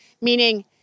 meaning